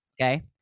Okay